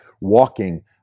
walking